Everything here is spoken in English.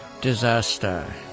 disaster